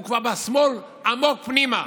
הוא כבר בשמאל עמוק פנימה,